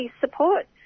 support